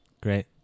Great